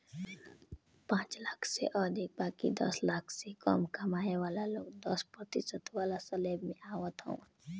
पांच लाख से अधिका बाकी दस लाख से कम कमाए वाला लोग दस प्रतिशत वाला स्लेब में आवत हवन